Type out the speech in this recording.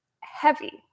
heavy